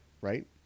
right